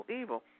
evil